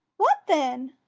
what then?